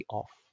off